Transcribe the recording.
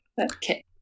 Okay